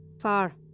far